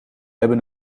hebben